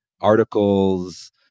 articles